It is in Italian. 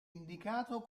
indicato